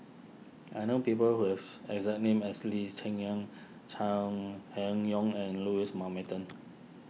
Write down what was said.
I know people who have exact name as Lee Cheng Yan Chai Hon Yoong and Louis Mountbatten